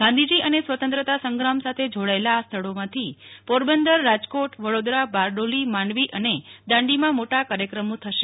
ગાંધીજી અને સ્વતંત્રતા સંગ્રામ સાથે જોડાયેલા સ્થળોમાંથી પોરબંદર રાજકો વડોદરા બારડોલી માંડવી અને દાંડીમાં મો ા કાર્યક્રમો થશે